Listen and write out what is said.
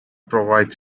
provides